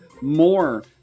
more